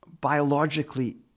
biologically